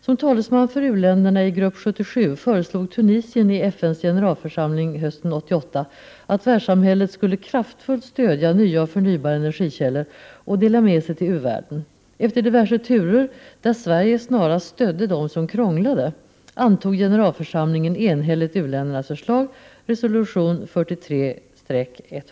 Som talesman för u-länderna i Grupp 77 föreslog Tunisien i FN:s generalförsamling hösten 1988 att världssamhället skulle kraftfullt stödja nya och förnybara energikällor och dela med sig till u-världen. Efter diverse turer, där Sverige snarast stödde dem som krånglade, antog generalförsamlingen enhälligt u-ländernas förslag, resolution 43/192.